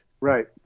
Right